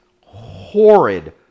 horrid